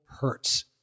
hurts